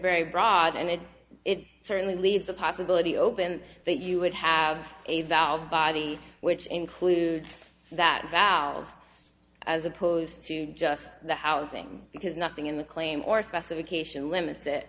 very broad and it certainly leaves the possibility open that you would have a valve body which includes that valve as opposed to just the housing because nothing in the claim or specification limits that